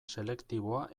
selektiboa